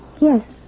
yes